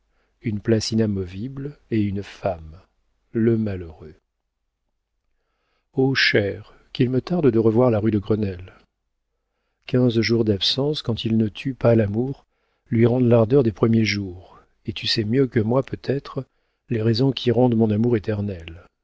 une place inamovible et une femme le malheureux oh chère qu'il me tarde de revoir la rue de grenelle quinze jours d'absence quand ils ne tuent pas l'amour lui rendent l'ardeur des premiers jours et tu sais mieux que moi peut-être les raisons qui rendent mon amour éternel